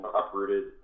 uprooted